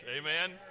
Amen